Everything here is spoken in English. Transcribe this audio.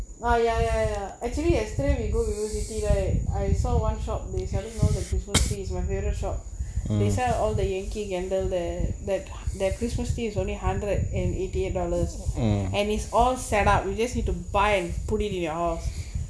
ya ya ya ya actually yesterday we go university like I saw one shop they selling all the christmas trees my favourite shop they sell all the yankee candle there that thet christmas tree is only hundred and eighty eight dollars and it's all set up we just need to buy and put it in your house